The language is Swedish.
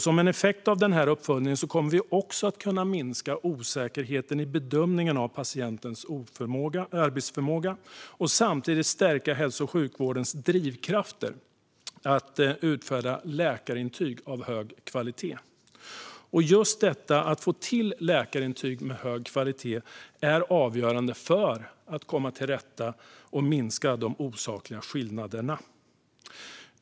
Som en effekt av uppföljningen kommer vi också att kunna minska osäkerheten i bedömningen av patientens arbetsförmåga och samtidigt stärka hälso och sjukvårdens drivkrafter att utfärda läkarintyg av hög kvalitet. Just detta att få till läkarintyg med hög kvalitet är avgörande för att komma till rätta med och minska de osakliga skillnaderna.